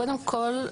קודם כול,